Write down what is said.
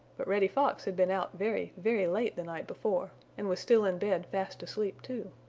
but reddy fox had been out very, very late the night before and was still in bed fast asleep, too.